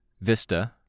Vista